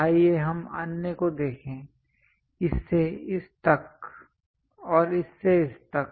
आइए हम अन्य को देखें इससे इस तक और इससे इस तक